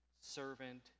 servant